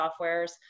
softwares